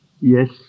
Yes